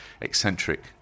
eccentric